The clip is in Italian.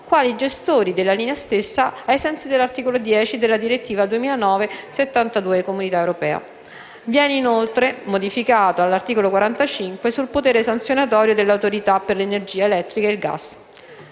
quali gestori della linea stessa ai sensi dell'articolo 10 della direttiva 2009/72/CE. Viene, inoltre, modificato l'articolo 45 sul potere sanzionatorio dell'Autorità per l'energia elettrica e il gas.